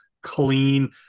clean